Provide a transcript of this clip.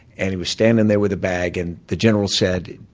and he was standing there with a bag, and the general said,